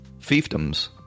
fiefdoms